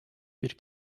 bir